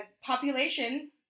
population